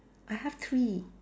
I have three